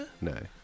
No